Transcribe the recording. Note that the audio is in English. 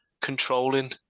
controlling